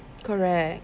correct